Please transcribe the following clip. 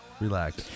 relax